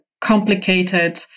complicated